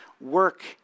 work